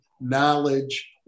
knowledge